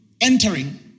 entering